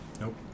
Nope